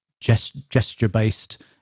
gesture-based